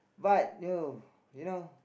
but oh you know